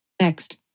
Next